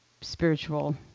spiritual